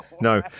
no